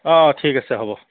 অঁ ঠিক আছে হ'ব